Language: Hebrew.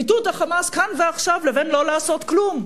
מיטוט ה"חמאס" כאן ועכשיו לבין לא לעשות כלום.